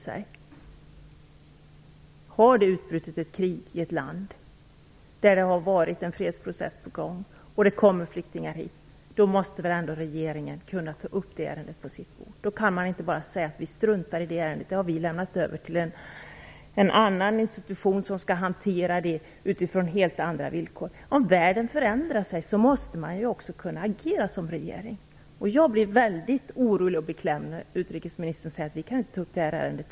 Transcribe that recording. Om krig har utbrutit i ett land, där en fredsprocess har varit på gång, och flyktingar kommer hit, måste väl regeringen kunna ta upp frågan. Då kan man inte säga att man struntar i ärendet och att man lämnat över det till en annan institution som skall behandla det utifrån helt andra villkor. Om världen förändras måste en regering kunna agera. Jag blir väldigt orolig när utrikesministern säger att man inte kan ta upp ärendet.